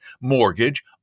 mortgage